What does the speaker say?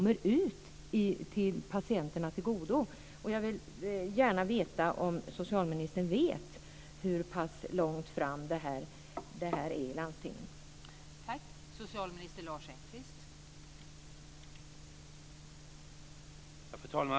Jag vill gärna veta om socialministern vet hur långt fram detta är i landstingen.